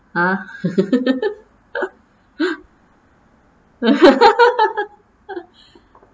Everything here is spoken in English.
!huh! no